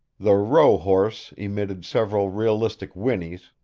the rohorse emitted several realistic whinnies,